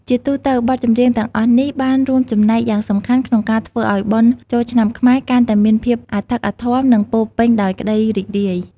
ជាទូទៅ បទចម្រៀងទាំងអស់នេះបានរួមចំណែកយ៉ាងសំខាន់ក្នុងការធ្វើឱ្យបុណ្យចូលឆ្នាំខ្មែរកាន់តែមានភាពអធិកអធម និងពោរពេញដោយក្ដីរីករាយ។